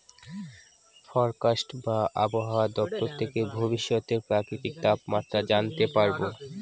forecast বা আবহাওয়া দপ্তর থেকে ভবিষ্যতের প্রাকৃতিক তাপমাত্রা জানতে পারবো